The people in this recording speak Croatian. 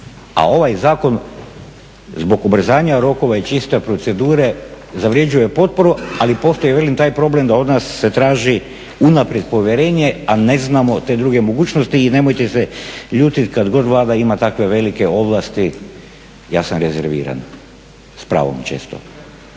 a ovaj zakon zbog ubrzanja rokova i čiste procedure zavređuje potporu. Ali postoji velim taj problem da od nas se traži unaprijed povjerenje a ne znamo te druge mogućnosti i nemojte se ljutiti kad god Vlada ima takve velike ovlasti ja sam rezerviran, s pravom često.